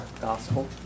gospel